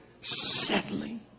Settling